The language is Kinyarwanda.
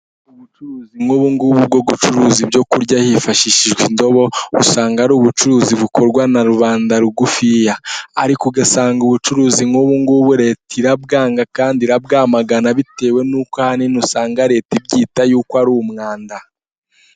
Ubucuruzi nk'ubungubu bwo gucuruza ibyo kurya hifashishijwe indobo usanga ari ubucuruzi bukorwa na rubanda rugufiya, ariko ugasanga ubucuruzi nk'ubungu bu Leta irabwanga kandi irabwamagana bitewe n'uko ahanini usanga Leta ibwita y'uko ari umwanda.